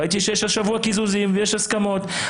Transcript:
ראיתי שיש השבוע קיזוזים ויש הסכמות.